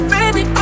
Baby